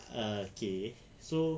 ah K so